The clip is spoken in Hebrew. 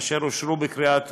אשר אושרו בקריאה טרומית,